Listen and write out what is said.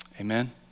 Amen